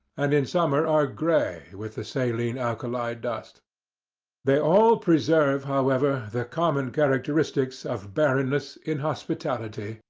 and in summer are grey with the saline alkali dust they all preserve, however, the common characteristics of barrenness, inhospitality,